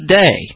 day